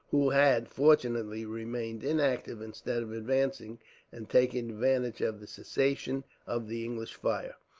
who had, fortunately, remained inactive instead of advancing and taking advantage of the cessation of the english fire.